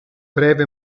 breve